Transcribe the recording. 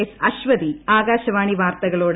S Aswathy Akashvani വാർത്തകളോട്